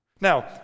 Now